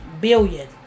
billion